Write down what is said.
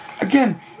Again